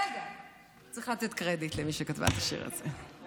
רגע, צריך לתת קרדיט למי שכתבה את השיר הזה.